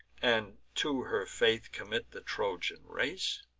and to her faith commit the trojan race?